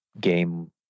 game